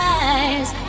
eyes